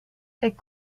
est